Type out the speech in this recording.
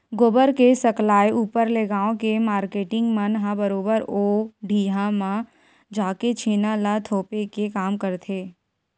गोबर के सकलाय ऊपर ले गाँव के मारकेटिंग मन ह बरोबर ओ ढिहाँ म जाके छेना ल थोपे के काम करथे